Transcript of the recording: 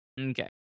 Okay